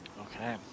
Okay